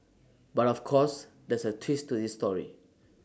but of course there's A twist to this story